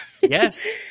Yes